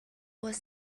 was